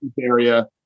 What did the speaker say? area